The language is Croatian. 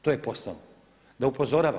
To je posao, da upozorava.